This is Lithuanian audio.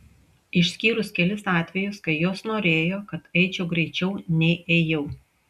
išskyrus kelis atvejus kai jos norėjo kad eičiau greičiau nei ėjau